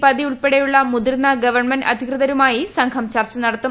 പതി ഉൾപ്പെടെയുള്ള മുതിർന്ന ഗവൺമെന്റ് അധികൃതരൂമായി സംഘം ചർച്ച നടത്തും